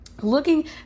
looking